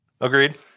Agreed